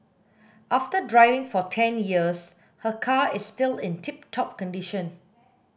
after driving for ten years her car is still in tip top condition